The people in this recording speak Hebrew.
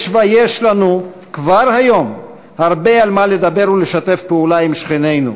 יש ויש לנו כבר היום הרבה על מה לדבר ולשתף פעולה עם שכנינו,